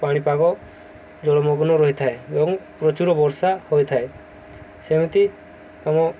ପାଣିପାଗ ଜଳମଗ୍ନ ରହିଥାଏ ଏବଂ ପ୍ରଚୁର ବର୍ଷା ହୋଇଥାଏ ସେମିତି ଆମ